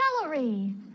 celery